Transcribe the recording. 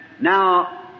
now